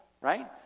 right